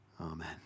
Amen